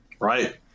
Right